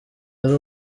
ari